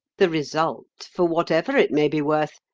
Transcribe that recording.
the result, for whatever it may be worth,